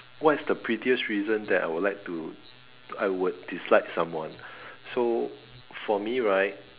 what is the pettiest reason that I would like to I would dislike someone so for me right